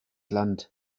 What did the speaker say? land